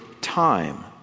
time